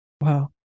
Wow